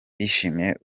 bishimiye